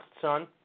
son